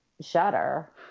Shutter